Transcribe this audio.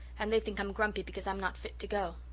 and they think i'm grumpy because i'm not fit to go.